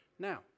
Now